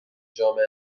جامعه